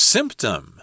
Symptom